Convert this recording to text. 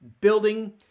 building